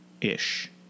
Ish